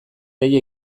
dei